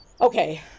Okay